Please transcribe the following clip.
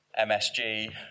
msg